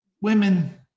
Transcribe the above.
women